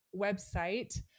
website